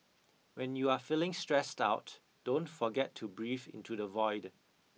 when you are feeling stressed out don't forget to breathe into the void